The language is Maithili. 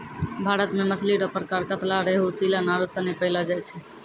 भारत मे मछली रो प्रकार कतला, रेहू, सीलन आरु सनी पैयलो जाय छै